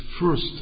first